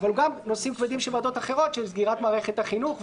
אבל גם נושאים כבדים של ועדות אחרות של סגירת מערכת החינוך,